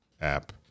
app